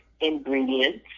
Ingredients